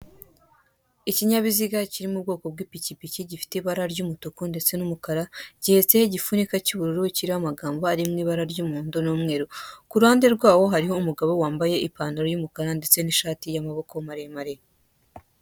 Ikinyabiziga kiri mu bwoko bw'pikipiki gifite ibara ry'umutuku ndetse n'umukara gihetse igifunika cy'ubururu kirimo amagambo ari mu ibara ry'umuhondo n'umweru, ku ruhande rwawo hariho umugabo wambaye ipantaro y'umukara ndetse n'ishati y'amaboko maremare.